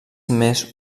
més